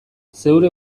zeure